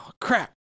crap